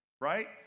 right